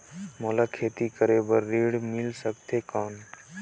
मोला खेती करे बार ऋण मिल सकथे कौन?